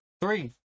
Three